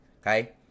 okay